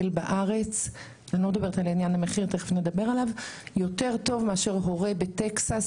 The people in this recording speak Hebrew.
בארץ אני יכולה לטפל יותר טוב מאשר הורה בטקסס,